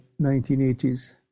1980s